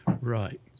right